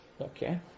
okay